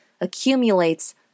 accumulates